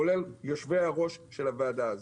כולל יושבי הראש של הישיבה הזו.